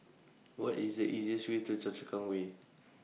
What IS The easiest Way to Choa Chu Kang Way